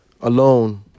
alone